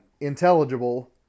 intelligible